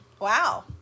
wow